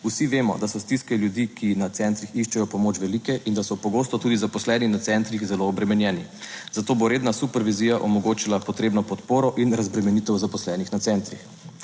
Vsi vemo, da so stiske ljudi, ki na centrih iščejo pomoč velike in da so pogosto tudi zaposleni na centrih zelo obremenjeni. Zato bo redna supervizija omogočila potrebno podporo in razbremenitev zaposlenih na centrih.